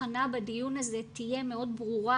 שההבחנה בדיון הזה תהיה מאוד ברורה